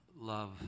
love